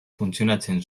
funtzionatzen